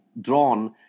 drawn